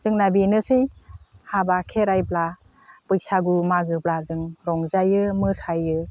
जोंना बेनोसै हाबा खेराइब्ला बैसागु मागोब्ला जों रंजायो मोसायो